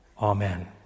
Amen